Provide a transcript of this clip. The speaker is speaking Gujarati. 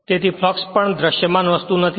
તેથી ફ્લક્ષ પણ તે દૃશ્યમાન વસ્તુ નથી